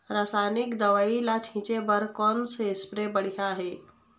रासायनिक दवई ला छिचे बर कोन से स्प्रे बढ़िया हे?